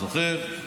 אני זוכר,